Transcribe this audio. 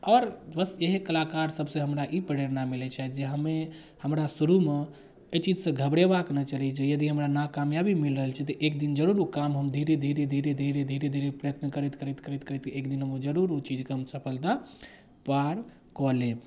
आओर बस इएह कलाकार सबसे हमरा ई प्रेरणा मिलै छथि जे हम ई हमरा शुरूमे एहि चीजसँ घबरेबाके नहि चाही यदि हमरा नाकामयाबी मिल रहल छै तऽ एक दिन जरूर ओ काम हम धीरे धीरे धीरे धीरे धीरे धीरे प्रयत्न करैत करैत करैत करैत एक दिन हम ओ जरूर ऊ चीजके हम सफलता पार कऽ लेब